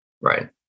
right